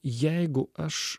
jeigu aš